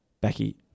Becky